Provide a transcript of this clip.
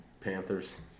Panthers